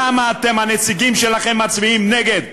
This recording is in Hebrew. למה אתם, הנציגים שלכם, מצביעים נגד?